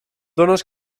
dónes